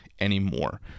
anymore